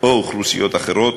או אוכלוסיות אחרות,